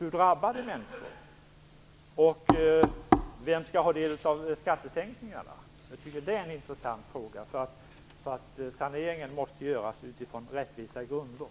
Hur drabbar detta människor? Vidare: Vem skall ha del av skattesänkningarna? Det är en intressant fråga. Saneringen måste göras på rättvisa grunder.